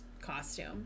costume